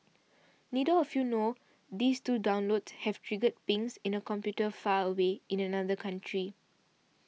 neither of you know these two downloads have triggered pings in a computer far away in another country